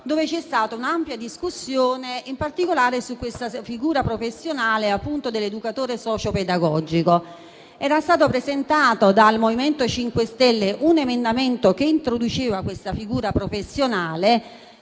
dove c'è stata un'ampia discussione, in particolare sulla figura professionale dell'educatore socio-pedagogico. Era stato presentato dal MoVimento 5 Stelle un emendamento che introduceva questa figura professionale,